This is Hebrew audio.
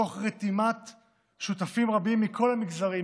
תוך רתימת שותפים רבים מכל המגזרים,